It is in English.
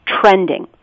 trending